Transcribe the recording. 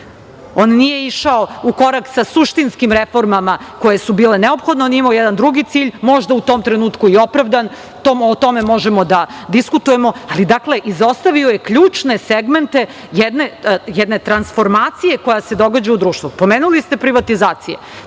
On nije išao u korak sa suštinskim reformama koje su bile neophodne, on je imao jedan drugi cilj, možda u tom trenutku i opravdan, o tome možemo da diskutujemo, ali, dakle, izostavio je ključne segmente jedne transformacije koja se događa u društvu. Spomenuli ste privatizacije,